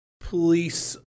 police